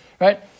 right